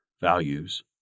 values